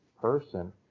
person